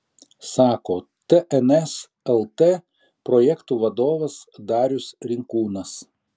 sako tns lt projektų vadovas darius rinkūnas